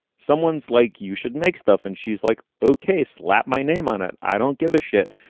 someone's like you should make stuff. and she's like, okay, slap my name on it i don't give a shit.